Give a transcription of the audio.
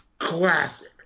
classic